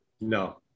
no